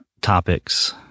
Topics